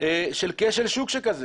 של כשל שוק כזה.